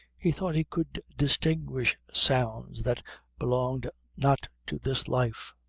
he thought he could distinguish sounds that belonged not to this life.